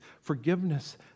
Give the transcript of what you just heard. forgiveness